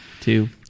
two